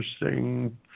interesting